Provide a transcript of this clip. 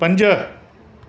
पंज